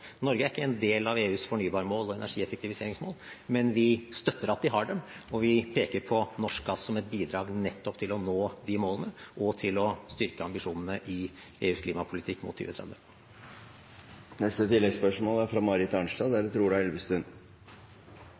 Norge er ikke en del av EUs fornybarmål og energieffektiviseringsmål, men vi støtter at de har dem, og vi peker på norsk gass som et bidrag nettopp til å nå de målene og til å styrke ambisjonene i EUs klimapolitikk mot